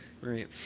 Right